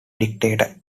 dictator